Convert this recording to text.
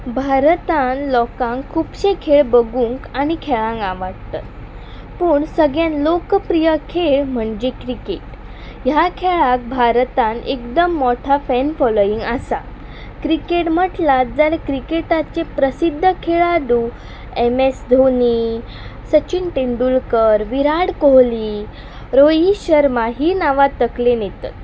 भारतान लोकांक खुबशे खेळ बगूंक आनी खेळांक आवडटात पूण सगळ्यान लोकप्रिय खेळ म्हणजे क्रिकेट ह्या खेळाक भारतान एकदम मोठ्या फॅन फॉलोइिंग आसा क्रिकेट म्हटलात जाल्यार क्रिकेटाचे प्रसिद्ध खेळाडू एम एस धोनी सचीन तेंडुलकर विराट कोहली रोहीत शर्मा ही नांवां तकलेन येतात